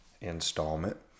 installment